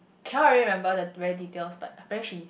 cannot really remember the very details but apparently she